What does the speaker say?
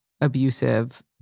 abusive